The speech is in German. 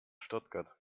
stuttgart